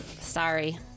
sorry